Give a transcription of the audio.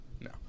No